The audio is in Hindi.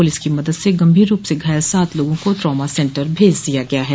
पूलिस की मदद से गंभीर रूप से घायल सात लोगों को ट्रामा सेंटर भेज दिया गया है